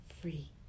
free